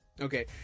Okay